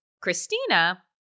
Christina